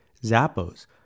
Zappos